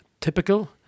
typical